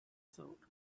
thought